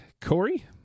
Corey